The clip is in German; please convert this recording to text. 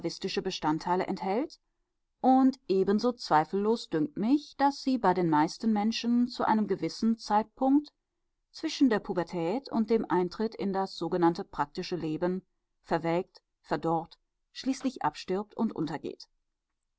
bestandteile enthält und ebenso zweifellos dünkt mich daß sie bei den meisten menschen zu einem gewissen zeitpunkt zwischen der pubertät und dem eintritt in das sogenannte praktische leben verwelkt verdorrt schließlich abstirbt und untergeht